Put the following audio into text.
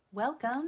Welcome